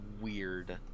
weird